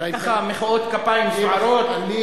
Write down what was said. ככה מחיאות כפיים סוערות?